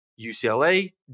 UCLA